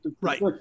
Right